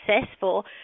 successful